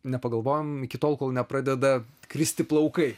nepagalvojam iki tol kol nepradeda kristi plaukai